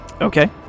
Okay